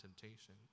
temptation